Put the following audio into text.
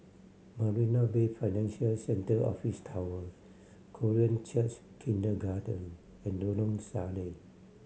Marina Bay Financial Centre Office Tower Korean Church Kindergarten and Lorong Salleh